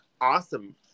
awesome